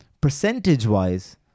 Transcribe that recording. Percentage-wise